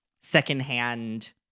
secondhand